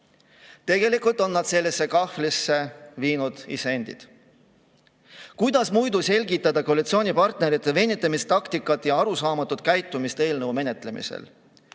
Tegelikult on nad sellesse kahvlisse viinud iseendid. Kuidas muidu selgitada koalitsioonipartnerite venitamistaktikat ja arusaamatut käitumist eelnõu menetlemisel?